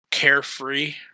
Carefree